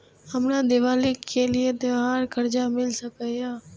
हमरा दिवाली के लिये त्योहार कर्जा मिल सकय?